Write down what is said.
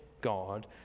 God